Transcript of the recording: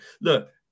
look